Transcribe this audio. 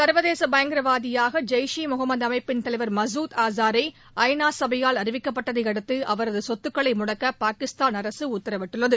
சர்வதேச பயங்கரவாதியாக ஜெய்ஷ் ஈ முகமது அமைப்பின் தலைவர் மசூத் அஸார் ஐ நா சபையால் அறிவிக்கப்பட்டதை அடுத்து அவரது சொத்துக்களை முடக்க பாகிஸ்தான் அரசு உத்தரவிட்டுள்ளது